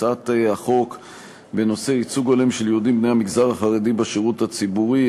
הצעת החוק בנושא ייצוג הולם של יהודים בני המגזר החרדי בשירות הציבורי,